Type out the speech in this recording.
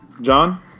John